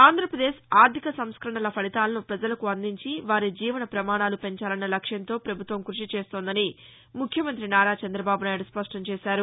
ఆంధ్రాపదేశ్ ఆర్గిక సంస్కరణల ఫలితాలను ప్రజలకు అందించి వారి జీవన ప్రమాణాలు పెంచాలన్న లక్ష్యంతో ప్రభుత్వం కృషి చేస్తోందని ముఖ్యమంత్రి నారా చంద్రబాబు నాయుడు స్పష్టం చేశారు